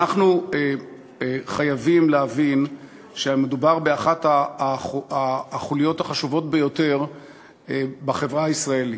אנחנו חייבים להבין שמדובר באחת החוליות החשובות ביותר בחברה הישראלית.